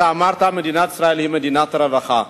אתה אמרת: מדינת ישראל היא מדינת רווחה,